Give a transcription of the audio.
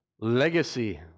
Legacy